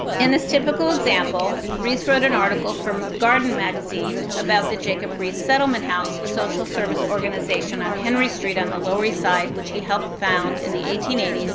in this typical example, riis wrote an article for garden magazine about the jacob riis settlement house social service organization on henry street on the lower east side, which he helped found in the eighteen eighty s,